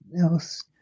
else